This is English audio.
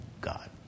God